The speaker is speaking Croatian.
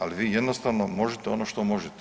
Ali vi jednostavno možete ono što možete.